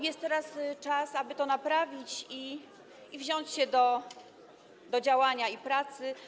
Jest teraz czas, aby to naprawić i wziąć się do działania i do pracy.